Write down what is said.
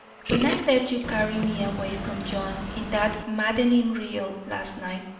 when i let you carry me away from john in that maddening reel last night,